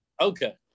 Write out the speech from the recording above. okay